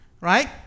right